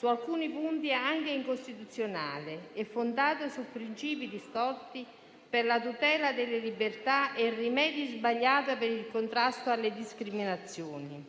in alcuni punti anche incostituzionale e fondato su principi distorti per la tutela delle libertà e su rimedi sbagliati per il contrasto alle discriminazioni.